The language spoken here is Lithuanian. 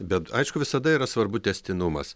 bet aišku visada yra svarbu tęstinumas